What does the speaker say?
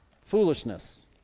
Foolishness